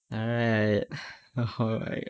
alright oh right